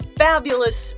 fabulous